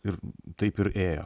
ir taip ir ėjo